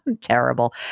Terrible